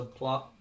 subplot